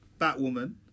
Batwoman